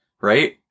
right